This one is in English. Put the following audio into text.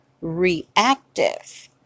reactive